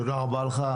תודה רבה לך.